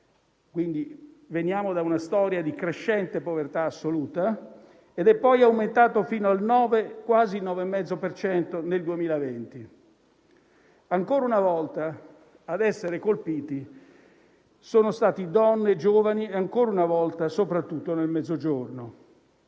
quindi da una storia di crescente povertà assoluta) ed è poi aumentato fino a quasi il 9,5 per cento nel 2020. Ancora una volta, ad essere colpiti sono stati donne e giovani e, ancora una volta, soprattutto nel Mezzogiorno.